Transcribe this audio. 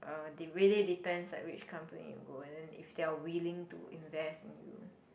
uh it really depends like which company you go and then if they are willing to invest in you